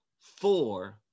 four